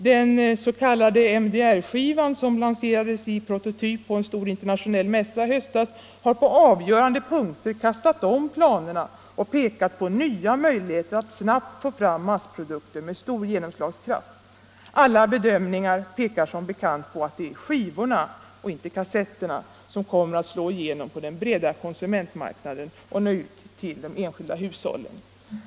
Den s.k. MDR-skivan, som lanserades i prototyp på en stor internationell mässa i höstas, har på avgörande punkter kastat planerna över ända och visat på nya möjligheter att snabbt få fram massprodukter med stor genomslagskraft. Alla bedömningar pekar som bekant på att det är skivorna och inte kassetterna som kommer att slå igenom på den breda konsumentmarknaden och nå ut till de enskilda hushållen.